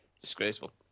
Disgraceful